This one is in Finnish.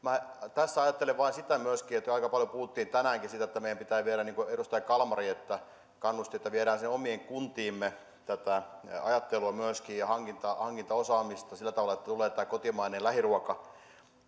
tässä ajattelen vain sitä myöskin kun aika paljon puhuttiin tänäänkin siitä että meidän pitää niin kuin edustaja kalmari kannusti viedä omiin kuntiimme myöskin tätä ajattelua ja hankintaosaamista sillä tavalla että tulee tämä kotimainen lähiruoka